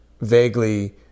vaguely